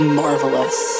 marvelous